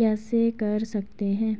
कैसे कर सकते हैं?